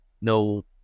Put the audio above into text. no